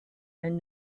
and